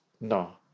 no